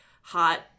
hot